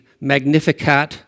Magnificat